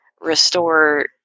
restore